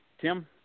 Tim